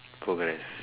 progress